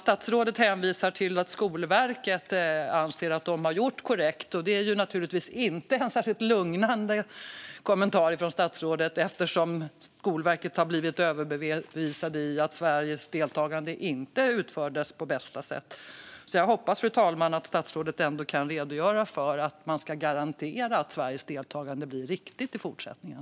Statsrådet hänvisar till att Skolverket anser att det har gjorts korrekt, vilket naturligtvis inte är en särskilt lugnande kommentar från statsrådet eftersom Skolverket har blivit överbevisade angående Sveriges deltagande och att det inte utfördes på bästa sätt. Jag hoppas därför att statsrådet kan redogöra för hur man ska garantera att Sveriges deltagande blir riktigt i fortsättningen.